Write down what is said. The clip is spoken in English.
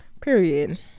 Period